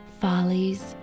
follies